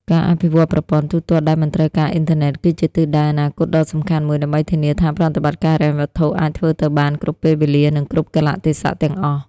ការអភិវឌ្ឍប្រព័ន្ធទូទាត់ដែលមិនត្រូវការអ៊ីនធឺណិត គឺជាទិសដៅអនាគតដ៏សំខាន់មួយ ដើម្បីធានាថាប្រតិបត្តិការហិរញ្ញវត្ថុអាចធ្វើទៅបានគ្រប់ពេលវេលា និងគ្រប់កាលៈទេសៈទាំងអស់។